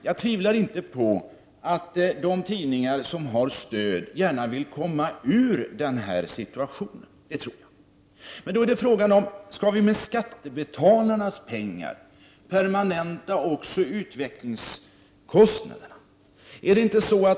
Jag tvivlar inte på att de tid ningar som har stöd gärna vill komma ur denna situation, men då är frågan: Skall vi med skattebetalarnas pengar permanenta också utvecklingskostnaderna?